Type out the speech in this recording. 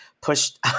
pushed